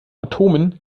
atomen